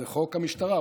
זה חוק המשטרה,